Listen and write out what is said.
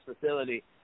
facility